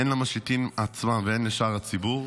הן למשיטים עצמם והן לשאר הציבור,